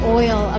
oil